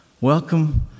Welcome